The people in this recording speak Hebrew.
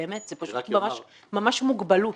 באמת, זאת פשוט ממש מוגבלות.